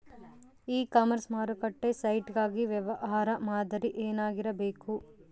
E commerce ಮಾರುಕಟ್ಟೆ site ಗಾಗಿ ವ್ಯವಹಾರ ಮಾದರಿ ಏನಾಗಿರಬೇಕು?